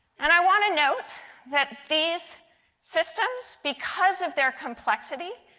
and i want to note that these systems, because of their complexity,